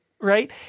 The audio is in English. Right